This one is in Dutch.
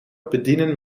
bedienen